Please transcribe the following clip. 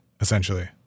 essentially